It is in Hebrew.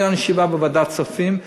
הייתה לנו ישיבה בוועדת כספים,